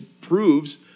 proves